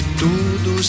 tudo